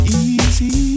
easy